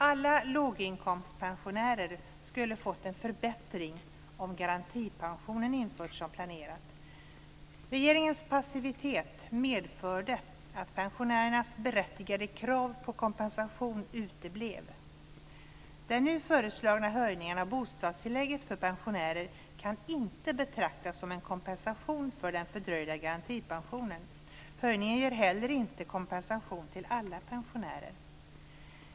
Alla låginkomstpensionärer skulle ha fått en förbättring om garantipensionen införts som planerat. Regeringens passivitet medförde att pensionärernas berättigade krav på kompensation uteblev. Den nu föreslagna höjningen av bostadstillägget för pensionärer kan inte betraktas som en kompensation för den fördröjda garantipensionen. Höjningen ger inte heller kompensation till alla pensionärer.